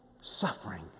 suffering